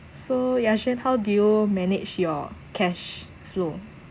so ya xuan how do you manage your cash flow